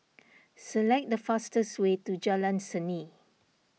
select the fastest way to Jalan Seni